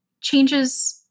changes